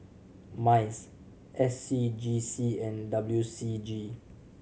MICE S C G C and W C G